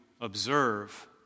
observe